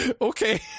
Okay